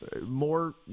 more